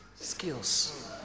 skills